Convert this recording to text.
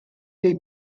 neu